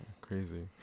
crazy